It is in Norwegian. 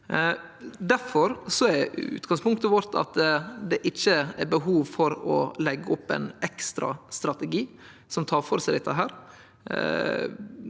Difor er utgangspunktet vårt at det ikkje er behov for å leggje opp ein ekstra strategi som tek føre seg dette, rett